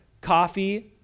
coffee